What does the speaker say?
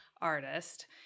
artist